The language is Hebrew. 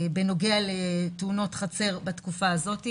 בנוגע לתאונות חצר בתקופה הזאת.